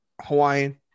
Hawaiian